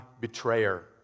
betrayer